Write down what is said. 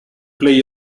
play